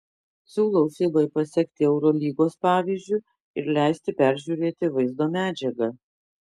siūlau fibai pasekti eurolygos pavyzdžiu ir leisti peržiūrėti vaizdo medžiagą